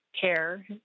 care